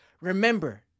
Remember